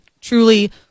Truly